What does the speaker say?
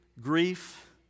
grief